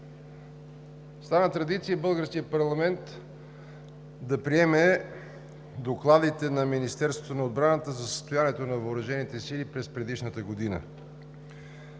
Стана традиция българският парламент да приема докладите на Министерството на отбраната за състоянието на въоръжените сили през предишната година.